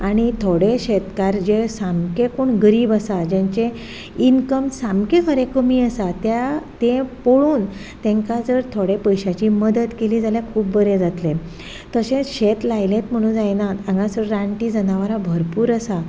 आनी थोडे शेतकार जे सामके कोण गरीब आसा जेंचें इनकम सामकें खरें कमी आसा त्या तें पळोवन तेंकां जर थोड्या पयश्याची मदत केली जाल्यार खूब बरें जातलें तशें शेत लायलेत म्हणून जायना हांगासर रानटी जनावरां भरपूर आसा